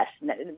yes